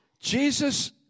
Jesus